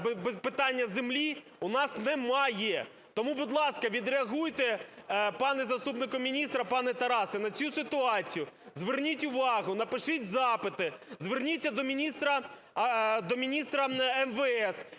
питання землі у нас немає? Тому, будь ласка, відреагуйте, пане заступнику міністра, пане Тарасе, на цю ситуацію. Зверніть увагу, напишіть запити, зверніться до міністра МВС